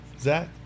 Zach